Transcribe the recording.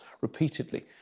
repeatedly